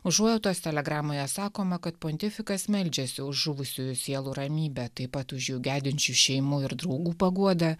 užuojautos telegramoje sakoma kad pontifikas meldžiasi už žuvusiųjų sielų ramybę taip pat už jų gedinčių šeimų ir draugų paguodą